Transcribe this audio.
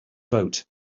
vote